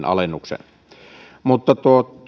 alennuksen mutta